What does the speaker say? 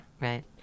right